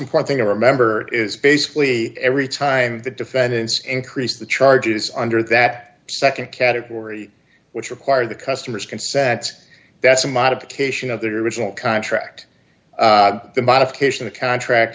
important thing to remember is basically every time the defendants increase the charges under that nd category which require the customer's consents that's a modification other original contract the modification the contract